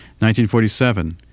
1947